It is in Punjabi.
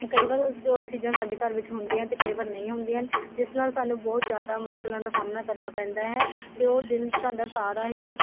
ਕਈ ਵਾਰ ਉਸ ਉਹ ਚੀਜ਼ਾਂ ਸਾਡੇ ਘਰ ਵਿੱਚ ਹੁੰਦੀਆਂ ਅਤੇ ਕਈ ਵਾਰ ਨਹੀਂ ਹੁੰਦੀਆਂ ਹਨ ਜਿਸ ਨਾਲ ਸਾਨੂੰ ਬਹੁਤ ਜ਼ਿਆਦਾ ਮੁਸ਼ਕਿਲਾਂ ਦਾ ਸਾਹਮਣਾ ਕਰਨਾ ਪੈਂਦਾ ਹੈ ਅਤੇ ਉਹ ਦਿਨ ਸਾਡਾ ਸਾਰਾ ਹੀ